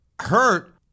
hurt